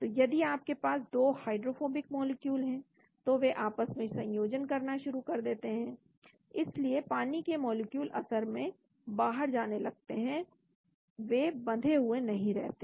तो यदि आपके पास दो हाइड्रोफोबिक मॉलिक्यूल है तो वे आपस में संयोजन करना शुरू कर देते हैं इसलिए पानी के मॉलिक्यूल असल में बाहर जाने लगते हैं वे बंधे हुए नहीं रहते